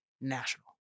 national